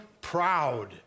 proud